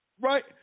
right